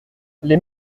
les